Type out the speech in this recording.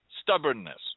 stubbornness